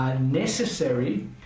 necessary